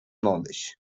knowledge